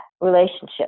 relationship